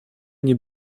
nie